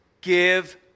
Give